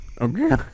Okay